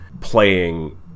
playing